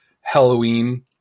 Halloween